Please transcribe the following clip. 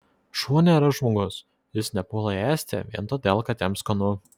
šuo nėra žmogus jis nepuola ėsti vien todėl kad jam skanu